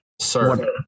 Sir